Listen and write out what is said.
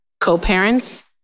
co-parents